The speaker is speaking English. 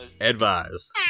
advised